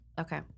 Okay